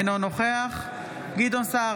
אינו נוכח גדעון סער,